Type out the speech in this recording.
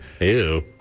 Ew